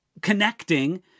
connecting